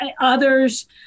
others